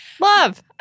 love